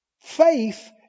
Faith